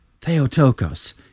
Theotokos